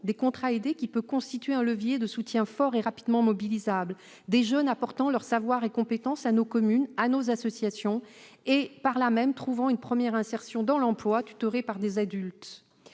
des contrats aidés, qui peut constituer un levier de soutien fort et rapidement mobilisable : des jeunes apportant leur savoir et leurs compétences à nos communes et à nos associations, et trouvant, par ce biais, une première insertion dans l'emploi, encadrés par des adultes.